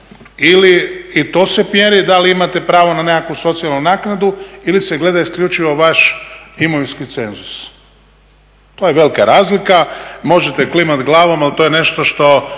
i to se mjeri da li imate pravo na nekakvu socijalnu naknadu ili se gleda isključivo vaš imovinski cenzus. To je velika razlika. Možete klimati glavom ali to je nešto što